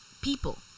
people